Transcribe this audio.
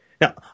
Now